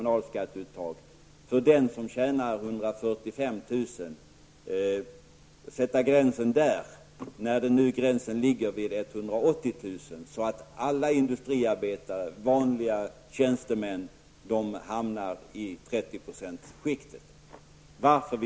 Varför vill ni sätta gränsen där i stället för att låta den som nu gå vid 180 000 kr., vid vilken alla industriarbetare och vanliga tjänstemän hamnar i